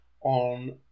on